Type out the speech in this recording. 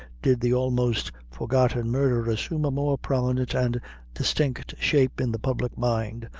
did the almost forgotten murder assume a more prominent and distinct shape in the public mind,